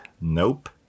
Nope